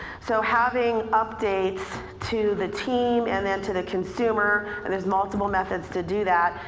so having updates to the team and then to the consumer, and there's multiple methods to do that.